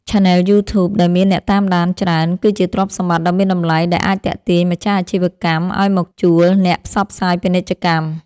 ឆានែលយូធូប ដែលមានអ្នកតាមដានច្រើន គឺជាទ្រព្យសម្បត្តិដ៏មានតម្លៃដែលអាចទាក់ទាញម្ចាស់អាជីវកម្មឱ្យមកជួលអ្នកផ្សព្វផ្សាយពាណិជ្ជកម្ម។